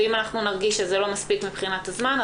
ואם נרגיש שזה לא מספיק מבחינת הזמן,